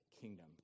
kingdom